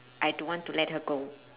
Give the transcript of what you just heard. I don't want to let her go